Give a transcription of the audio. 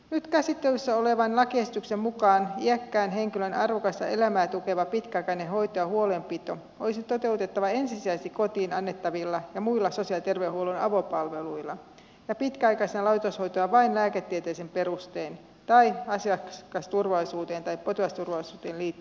nyt käsittelyssä olevan lakiesityksen mukaan iäkkään henkilön arvokasta elämää tukeva pitkäaikainen hoito ja huolenpito olisi toteutettava ensisijaisesti kotiin annettavilla ja muilla sosiaali ja terveydenhuollon avopalveluilla ja pitkäaikaista laitoshoitoa annettaisiin vain lääketieteellisin perustein tai asiakasturvallisuuteen tai potilasturvallisuuteen liittyvillä perusteilla